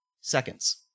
Seconds